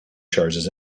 charges